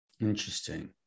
Interesting